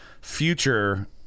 future –